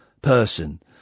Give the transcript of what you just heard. person